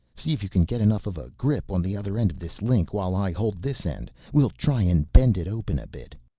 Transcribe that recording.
see if you can get enough of a grip on the other end of this link while i hold this end, we'll try and bend it open a bit.